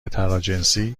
تراجنسی